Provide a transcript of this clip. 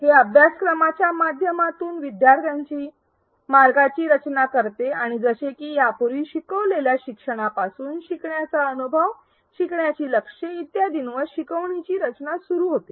हे अभ्यासक्रमाच्या माध्यमातून विद्यार्थ्यांच्या मार्गाची रचना करते आणि जसे की यापूर्वी शिकवलेल्या शिक्षणापासून शिकण्याचा अनुभव शिकण्याची लक्ष्ये इत्यादींसह शिकवणीची रचना सुरु होते